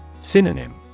Synonym